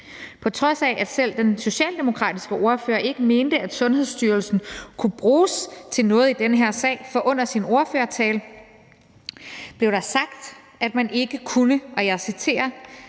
på trods af at selv den socialdemokratiske ordfører ikke mente, at Sundhedsstyrelsen kunne bruges til noget i den her sag, for under vedkommendes ordførertale blev der sagt, at man ikke kunne, og jeg citerer,